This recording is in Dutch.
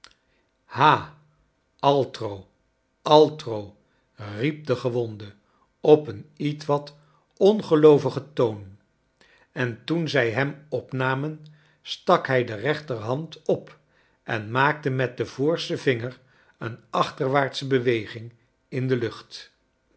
ha altro aitro riep de gewonde op een ietwat ongeloovigen toon en toen zrj hem opnamen stak hij de rechterhand op en maakte met den voorsten vinger een achterwaartsche beweging in de lucht